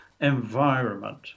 environment